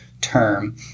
term